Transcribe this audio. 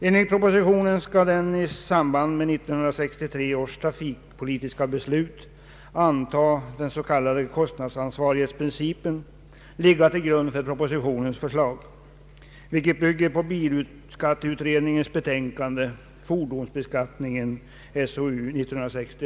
Enligt propositionen skall den i samband med 1963 års trafikpolitiska beslut antagna s.k. kostnadsansvarighetsprincipen ligga till grund för propositionens förslag, vilket bygger på bilskatteutredningens betänkande Fordonsbeskattningen .